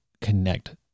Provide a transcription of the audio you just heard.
connect